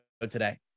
today